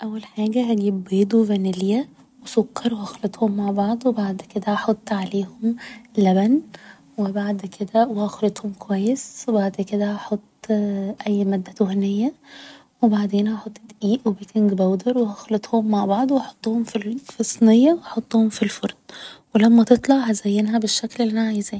اول حاجة هجيب بيض وفانيليا و سكر و نخلطهم مع بعض و بعد كده نحط عليهم لبن و بعد كده و هخلطهم كويس و بعد كده نحط اي مادة دهنية و بعدين هحط دقيق و بيكينج بودر و هخلطهم مع بعض و هحطهم في صنية و هحطهم في الفرن و لما تطلع هزينها بالشكل اللي أنا عايزاه